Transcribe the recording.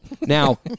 Now